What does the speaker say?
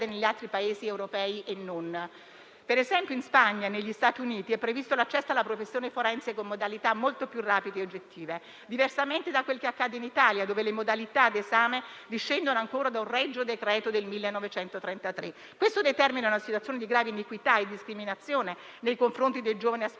negli altri Paesi europei e non. Ad esempio in Spagna e negli Stati Uniti è previsto l'accesso alla professione forense con modalità molto più rapide e oggettive, diversamente da quel che accade in Italia, dove le modalità di esame discendono ancora da un regio decreto del 1933. Questo determina una situazione di grave iniquità e discriminazione nei confronti dei giovani aspiranti